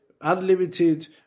Unlimited